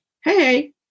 hey